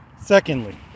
Secondly